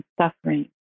suffering